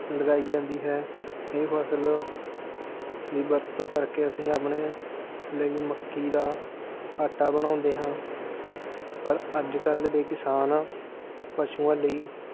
ਲਗਾਈ ਜਾਂਦੀ ਹੈ ਇਹ ਫਸਲ ਦੀ ਵਰਤੋਂ ਕਰਕੇ ਅਸੀਂ ਆਪਣੇ ਲਈ ਮੱਕੀ ਦਾ ਆਟਾ ਬਣਾਉਂਦੇ ਹਾਂ ਪਰ ਅੱਜ ਕੱਲ੍ਹ ਦੇ ਕਿਸਾਨ ਪਸ਼ੂਆਂ ਲਈ